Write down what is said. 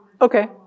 Okay